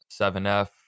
7F